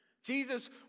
Jesus